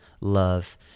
love